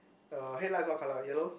uh headlights what colour yellow